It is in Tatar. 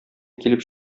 килеп